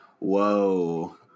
Whoa